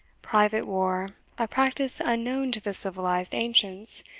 private war, a practice unknown to the civilised ancients,